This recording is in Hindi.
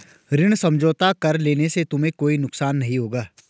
ऋण समझौता कर लेने से तुम्हें कोई नुकसान नहीं होगा